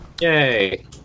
yay